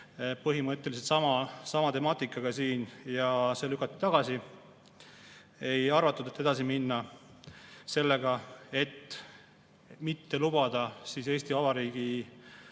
põhimõtteliselt sama temaatikaga siin ja see lükati tagasi. Ei arvatud, et tuleks edasi minna sellega, et mitte lubada Eesti Vabariigi